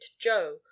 joe